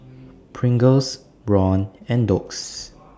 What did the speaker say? Pringles Braun and Doux